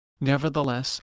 Nevertheless